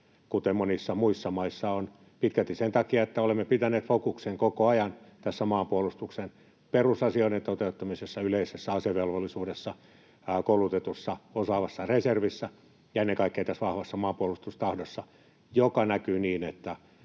kuten monissa muissa maissa on, pitkälti sen takia, että olemme pitäneet fokuksen koko ajan tässä maanpuolustuksen perusasioiden toteuttamisessa, yleisessä asevelvollisuudessa, koulutetussa ja osaavassa reservissä ja ennen kaikkea tässä vahvassa maanpuolustustahdossa, joka näkyy niin, että